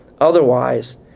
Otherwise